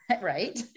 right